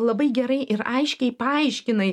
labai gerai ir aiškiai paaiškinai